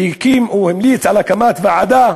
שהמליץ על הקמת ועדה